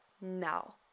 now